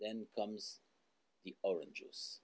then comes the orange